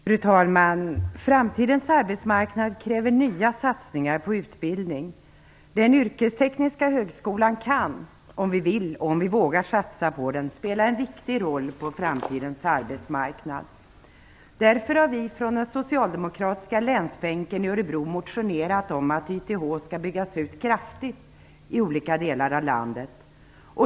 Fru talman! Framtidens arbetsmarknad kräver nya satsningar på utbildning. Den yrkestekniska högskolan kan - om vi vill, och om vi vågar satsa på den - spela en viktig roll på framtidens arbetsmarknad. Därför har vi från den socialdemokratiska länsbänken i Örebro motionerat om att YTH skall byggas ut kraftigt i olika delar av landet.